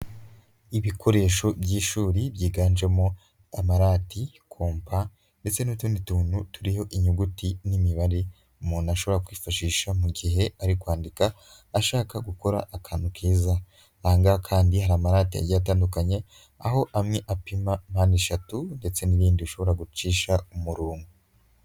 Ibikoresho by'ishuri byiganjemo: amarati, kompa ndetse n'utundi tuntu turiho inyuguti n'imibare. Umuntu ashobora kwifashisha mu gihe ari kwandika ashaka gukora akantu keza. Aha ngaha rero kandi hari amarati atandukanye. Aho amwe apima mpande eshatu ndetse n'ibindi ushobora gucisha umurongo.